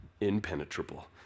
impenetrable